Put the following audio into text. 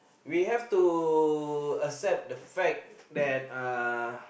we have to accept the fact that uh